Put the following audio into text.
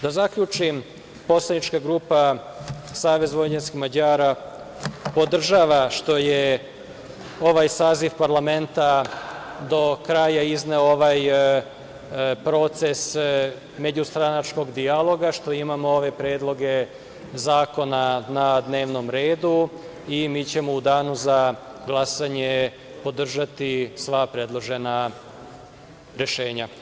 Da zaključim, poslanička grupa Savez vojvođanskih Mađara podržava što je ovaj saziv parlamenta do kraja izneo ovaj proces međustranačkog dijaloga, što imamo ove predloge zakona na dnevnom redu i mi ćemo u danu za glasanje podržati sva predložena rešenja.